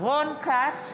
רון כץ,